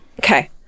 okay